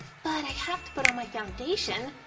but i have to put on my foundation.